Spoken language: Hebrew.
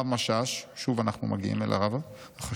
הרב משאש" שוב אנחנו מגיעים אל הרב החשוב,